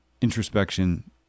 Introspection